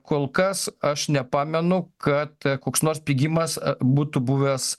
kol kas aš nepamenu kad koks nors pigimas būtų buvęs